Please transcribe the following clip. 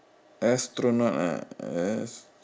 astronaut ah yes